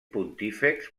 pontífex